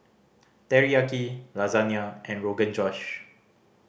Teriyaki Lasagne and Rogan Josh